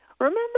remember